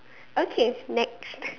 okay next